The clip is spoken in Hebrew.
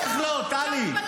איך לא, טלי?